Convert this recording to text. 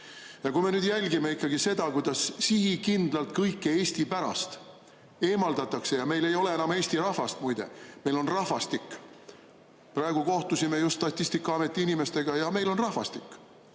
Kui me nüüd jälgime ikkagi seda, kuidas sihikindlalt kõike Eesti‑pärast eemaldatakse, siis [näeme, et] meil ei ole enam "eesti rahvast", muide, meil on "rahvastik". Praegu kohtusime Statistikaameti inimestega ja meil on "rahvastik".